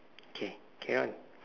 okay can one